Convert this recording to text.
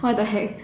what the heck